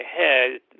ahead